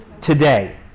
today